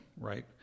right